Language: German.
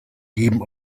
geben